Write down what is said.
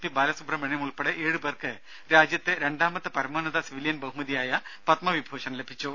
P Balasubrahmanyam ഉൾപ്പെടെ ഏഴ് പേർക്ക് രാജ്യത്തെ രണ്ടാമത്തെ പരമോന്നത സിവിലിയൻ ബഹുമതിയായ പത്മവിഭൂഷൺ ലഭിച്ചു